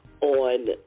on